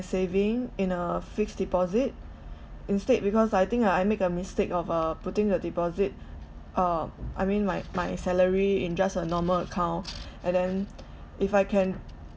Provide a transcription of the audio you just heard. saving in a fixed deposit instead because I think I I make a mistake of uh putting the deposit uh I mean my my salary in just a normal account and then if I can